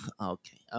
okay